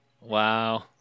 Wow